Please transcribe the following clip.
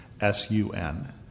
S-U-N